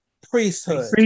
priesthood